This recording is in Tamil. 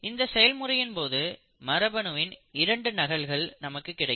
இந்த செயல்முறையின் போது மரபணுவின் இரண்டு நகல்கள் நமக்கு கிடைக்கும்